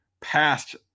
past